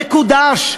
מקודש,